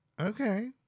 okay